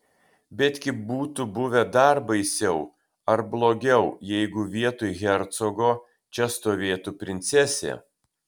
betgi būtų buvę dar baisiau ar blogiau jeigu vietoj hercogo čia stovėtų princesė